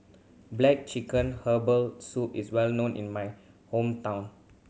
black chicken herbal soup is well known in my hometown